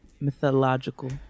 mythological